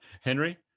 henry